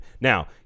now